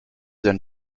and